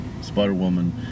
Spider-Woman